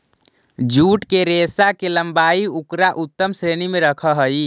jute के रेशा के लम्बाई उकरा उत्तम श्रेणी में रखऽ हई